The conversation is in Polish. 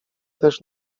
też